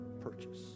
purchase